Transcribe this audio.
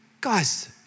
Guys